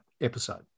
episode